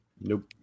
Nope